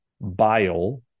bile